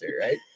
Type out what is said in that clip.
right